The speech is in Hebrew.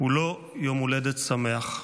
הוא לא יום הולדת שמח.